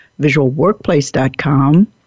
visualworkplace.com